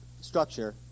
structure